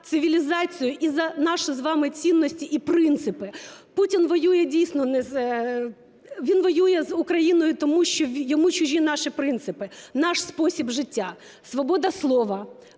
цивілізацію і за наші з вами цінності і принципи. Путін воює, дійсно, не з… Він воює з Україною, тому що йому чужі наші принципи, наш спосіб життя: свобода слова,